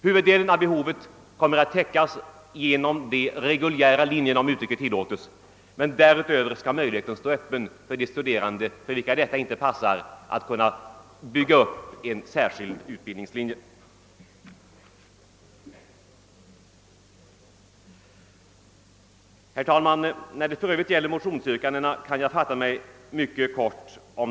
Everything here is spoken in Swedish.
Huvuddelen av behovet kommer att täckas genom de reguljära linjerna, om uttrycket tillåts, men därutöver skall möjligheten stå öppen för de studerande, för vilka dessa inte passar, att bygga upp en särskild utbildningslinje. Herr talman! När det gäller motionsyrkandena i övrigt kan jag fatta mig kort.